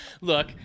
look